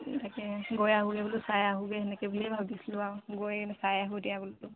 এনেকৈ গৈ আহোঁগে বোলো চাই আহোঁগৈ সেনেকৈ বুলিয়েই ভাবিছিলোঁ আৰু গৈ চাই আহোঁ এতিয়া বোলো